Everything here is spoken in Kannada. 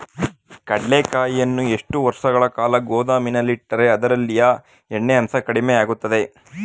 ಕಡ್ಲೆಕಾಯಿಯನ್ನು ಎಷ್ಟು ವರ್ಷಗಳ ಕಾಲ ಗೋದಾಮಿನಲ್ಲಿಟ್ಟರೆ ಅದರಲ್ಲಿಯ ಎಣ್ಣೆ ಅಂಶ ಕಡಿಮೆ ಆಗುತ್ತದೆ?